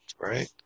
right